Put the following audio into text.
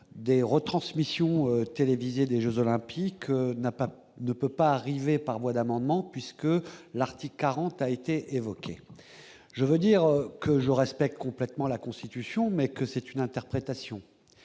des retransmissions télévisées des Jeux olympiques, n'a pas, ne peut pas arriver par voie d'amendement, puisque l'article 40 a été évoquée, je veux dire que je respecte complètement la constitution mais que c'est une interprétation